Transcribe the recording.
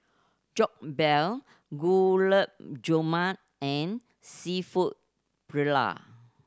Jokbal Gulab Jamun and Seafood Paella